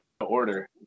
order